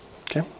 Okay